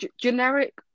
generic